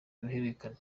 uruhererekane